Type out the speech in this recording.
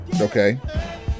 Okay